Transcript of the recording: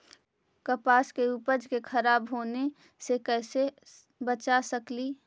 कपास के उपज के खराब होने से कैसे बचा सकेली?